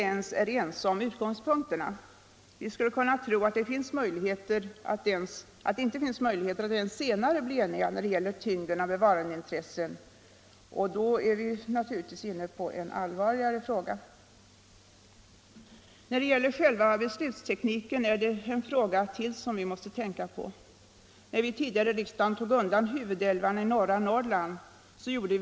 I det här sammanhanget skall jag också i korthet beröra forskningsfrågorna. I den del dessa berör konkreta beslut inom civilutskottets beredningsområde har vi kunnat enas. Den enigheten gäller sålunda vad som skall finansieras med byggforskningsmedel. Forskningsprogrammens närmare uppbyggnad och anslaget till energiforskning behandlas i näringsutskottet.